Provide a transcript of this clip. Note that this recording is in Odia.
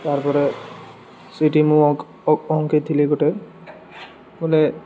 ତାପରେ ସେଇଠି ମୁଁ ଅ ଅଙ୍କେଇ ଥିଲି ଗୋଟେ ବୋଲେ